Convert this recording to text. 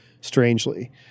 strangely